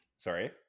Sorry